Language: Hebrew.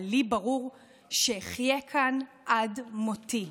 אבל לי ברור שאחיה כאן עד מותי.